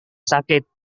sakit